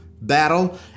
battle